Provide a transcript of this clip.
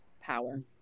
power